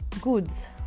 goods